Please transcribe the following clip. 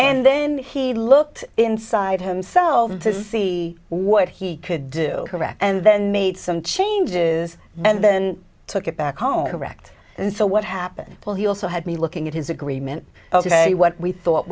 and then he looked inside himself to see what he could do and then made some changes and then took it back home wrecked and so what happened while he also had me looking at his agreement ok what we thought